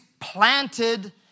planted